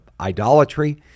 Idolatry